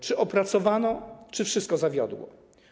Czy opracowano, czy wszystko zawiodło?